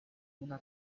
una